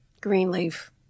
Greenleaf